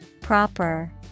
Proper